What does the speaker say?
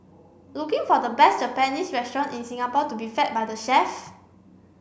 looking for the best Japanese restaurant in Singapore to be fed by the chef